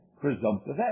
presumptive